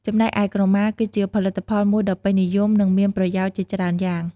ចំណែកឯក្រមា គឺជាផលិតផលមួយដ៏ពេញនិយម និងមានប្រយោជន៍ជាច្រើនយ៉ាង។